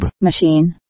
Machine